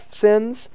sins